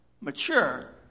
mature